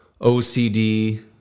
OCD